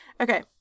Okay